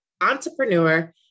entrepreneur